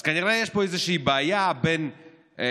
אז כנראה יש פה איזושהי בעיה עם המסקנות